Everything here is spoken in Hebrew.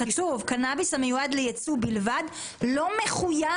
כתוב, קנאביס המיועד לייצוא בלבד לא מחויב.